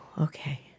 okay